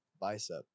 bicep